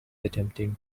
attempting